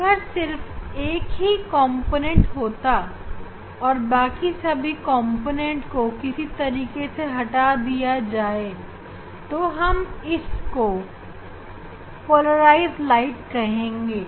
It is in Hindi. अब अगर सिर्फ एक ही कॉम्पोनेंटहोगा और दूसरे कॉम्पोनेंटको किसी तरीके से हटा दिया जाएगा तो इसको हम पोलराइज्ड प्रकाश कहेंगे